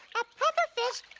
a puffer fish